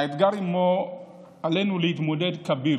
האתגר שעימו עלינו להתמודד הוא כביר.